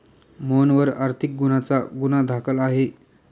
मोहनवर आर्थिक गुन्ह्याचा गुन्हा दाखल आहे